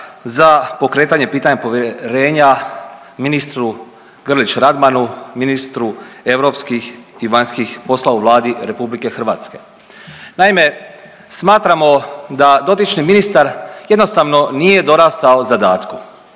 za pokretanje pitanja povjerenja ministru Grlić Radmanu ministru europskih i vanjskih poslova u Vladi RH. Naime, smatramo da dotični ministar jednostavno nije dorastao zadatku.